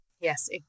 Yes